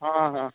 ହଁ ହଁ